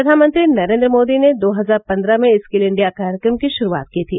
प्रधानमंत्री नरेंद्र मोदी ने दो हजार पन्द्रह में स्किल इंडिया कार्यक्रम की शुरुआत की थी